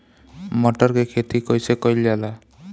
मटर के खेती कइसे कइल जाला?